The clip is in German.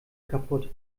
kaputt